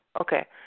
Okay